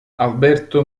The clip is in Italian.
alberto